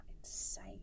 insane